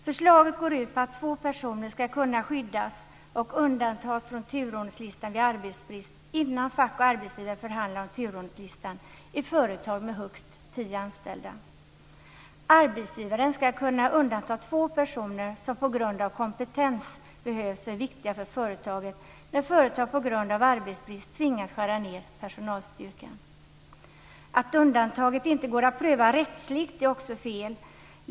Förslaget går ut på att två personer ska kunna skyddas och undantas från turordningslistan vid arbetsbrist innan fack och arbetsgivare förhandlar om turordningslistan i företag med högst tio anställda. Arbetsgivaren ska kunna undanta två personer som behövs på grund av kompetens och är viktiga för företaget när man på grund av arbetsbrist tvingas skära ned personalstyrkan. Att undantaget inte går att pröva rättsligt är också fel.